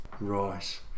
Right